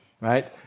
right